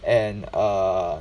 and err